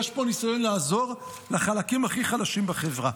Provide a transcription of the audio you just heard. יש פה ניסיון לעזור לחלקים הכי חלשים בחברה.